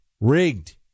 Rigged